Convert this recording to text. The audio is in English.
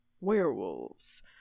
werewolves